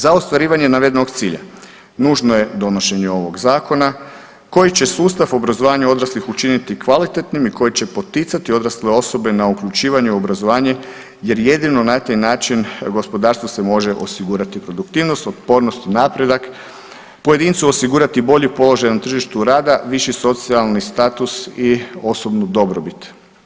Za ostvarivanje navedenog cilja nužno je donošenje ovog zakona koji će sustav obrazovanja odraslih učiniti kvalitetnim i koji će poticati odrasle osobe na uključivanje u obrazovanje jer jedino na taj način gospodarstvu se može osigurati produktivnost, otpornost i napredak, pojedincu osigurati bolji položaj na tržištu rada, viši socijalni status i osobnu dobrobit.